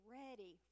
ready